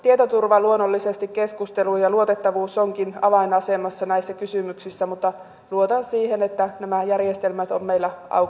tietoturva luonnollisesti keskustelu ja luotettavuus ovatkin avainasemassa näissä kysymyksissä mutta luotan siihen että nämä järjestelmät ovat meillä aukottomat